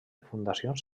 fundacions